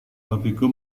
hobiku